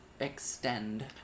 extend